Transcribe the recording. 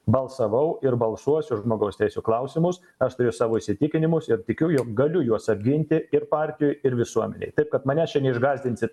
balsavau ir balsuosiu už žmogaus teisių klausimus aš turiu savo įsitikinimus ir tikiu jog galiu juos apginti ir partijoj ir visuomenėj taip kad manęs čia neišgąsdinsit